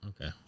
Okay